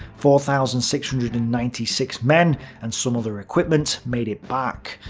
four thousand six hundred and ninety six men and some other equipment made it back.